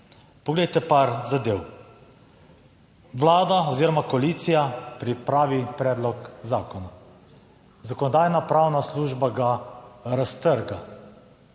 Poglejte, nekaj zadev. Vlada oziroma koalicija pripravi predlog zakona, Zakonodajno-pravna služba ga raztrga.